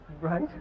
right